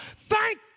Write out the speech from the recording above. Thank